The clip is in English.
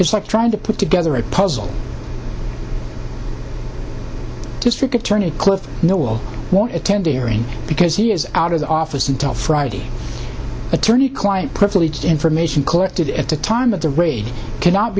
is like trying to put together a puzzle district attorney cliff no will want a ten day hearing because he is out of the office until friday attorney client privilege information collected at the time of the raid cannot